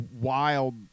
wild